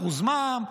אחוז מע"מ,